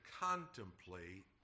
contemplate